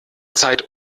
zeit